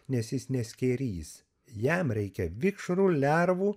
nes jis ne skėrys jam reikia vikšrų lervų